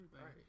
Right